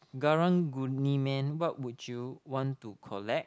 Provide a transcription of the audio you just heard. Karang-Guni Man what would you want to collect